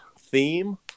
theme